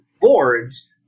boards